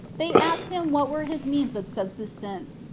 they asked him what were his means of subsistence,